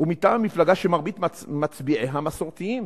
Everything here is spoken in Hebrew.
מטעם מפלגה שמרבית מצביעיה מסורתיים.